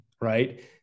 right